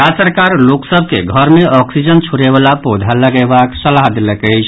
राज्य सरकार लोक सभ के घर मे ऑक्सीजन छोड़यवला पौधा लगयाबक सलाह देलक अछि